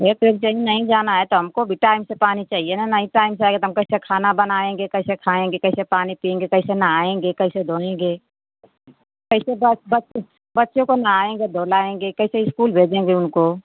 एक एक जने नहीं जाना है तो हमको भी टाइम से पानी चाहिए न नहीं टाइम से आएगा तो हम कैसे खाना बनाएँगे कैसे खाएँगे कैसे पानी पिऍंगे कैसे नहाएँगे कैसे धोएँगे कैसे बच्चों बच्चों को नहाएँगे धुलाएँगे कैसे स्कूल भजेंगे उनको